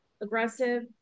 aggressive